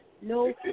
no